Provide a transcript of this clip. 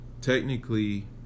technically